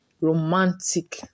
romantic